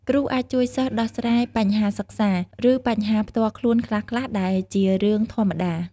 គ្រូអាចជួយសិស្សដោះស្រាយបញ្ហាសិក្សា ឬបញ្ហាផ្ទាល់ខ្លួនខ្លះៗ ដែលជារឿងធម្មតា។